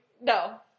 No